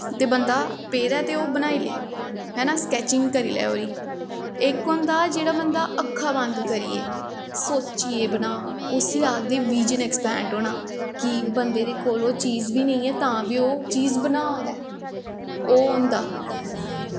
ते बंदा पेदा ऐ ते ओह् बनाई ले हैना स्कैचिंग करी लै ओह्दी इक होंदा जेह्ड़ा बंदा अक्खां बंद करियै सोचियै बना उसी आखदे बिजन ऐकस्पैड होना कि बंदे दे कोलूं ओह् चीज़ बी नी ऐ तां बी ओह् चीज़ बना दा ऐ ओह् होंदा